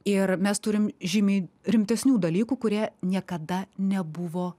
ir mes turim žymiai rimtesnių dalykų kurie niekada nebuvo